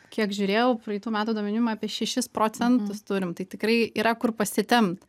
kiek žiūrėjau praeitų metų duomenim apie šešis procentus turim tai tikrai yra kur pasitempt